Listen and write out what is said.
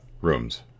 rooms